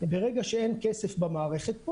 ברגע שאין כסף במערכת,